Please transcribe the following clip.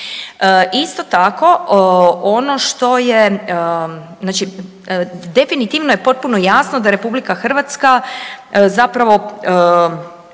Isto tako ono što je, znači definitivno je potpuno jasno da RH zapravo